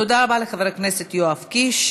תודה רבה לחבר הכנסת יואב קיש.